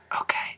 Okay